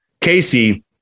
Casey